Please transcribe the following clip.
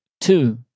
two